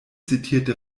zitierte